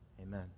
Amen